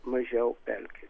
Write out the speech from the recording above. mažiau pelkėj